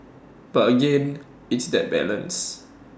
but again it's that balance